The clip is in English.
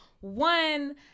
One